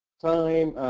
time.